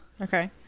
Okay